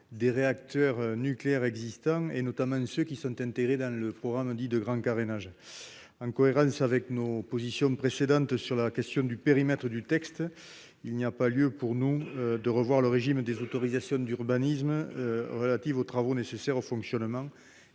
des réacteurs nucléaires existants, notamment de ceux qui sont engagés dans le programme de grand carénage. En cohérence avec nos positions précédentes concernant le périmètre du texte, il n'y a pas lieu, à nos yeux, de revoir le régime des autorisations d'urbanisme relatives aux travaux nécessaires au fonctionnement